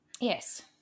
Yes